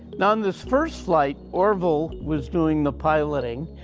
now in this first flight, orville was doing the piloting.